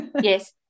Yes